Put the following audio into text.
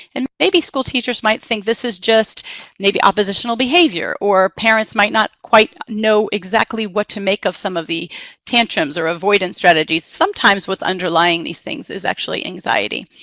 and maybe school teachers might think this is just maybe oppositional behavior, or parents might not quite know exactly what to make of some of the tantrums or avoidance strategies. sometimes what's underlying these things is actually anxiety.